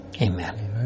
Amen